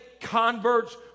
converts